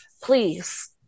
please